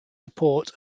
support